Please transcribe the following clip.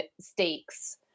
stakes